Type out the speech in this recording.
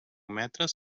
metres